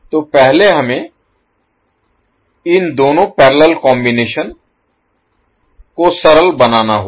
तो पहले हमें इन दोनों पैरेलल कॉम्बिनेशन को सरल बनाना होगा